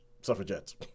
suffragettes